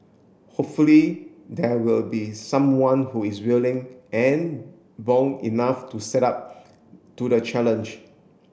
hopefully there will be someone who is willing and bold enough to step up to the challenge